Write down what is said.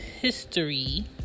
history